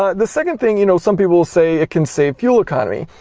ah the second thing you know some people will say, it can save fuel economy.